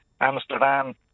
Amsterdam